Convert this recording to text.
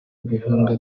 guhunga